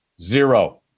Zero